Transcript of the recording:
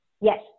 yes